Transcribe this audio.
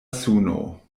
suno